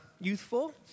youthful